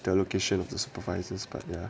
the location of the supervisors but ya